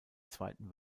zweiten